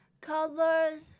colors